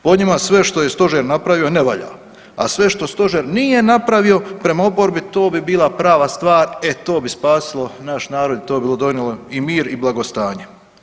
Po njima sve što je Stožer napravio ne valja, a sve što Stožer nije napravio prema oporbi to bi bila prava stvar, e to bi spasilo naš narod i to bi donijelo i mir i blagostanje.